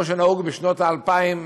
שנהוג בשנות ה-2000,